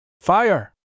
fire